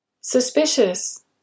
Suspicious